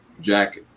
Jack